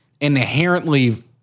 inherently